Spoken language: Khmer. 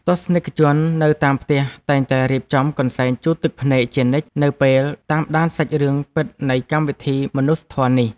ទស្សនិកជននៅតាមផ្ទះតែងតែរៀបចំកន្សែងជូតទឹកភ្នែកជានិច្ចនៅពេលតាមដានសាច់រឿងពិតនៃកម្មវិធីមនុស្សធម៌នេះ។